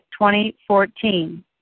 2014